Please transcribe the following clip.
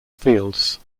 fields